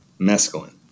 mescaline